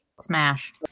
Smash